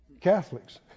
Catholics